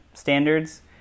Standards